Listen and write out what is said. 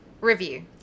review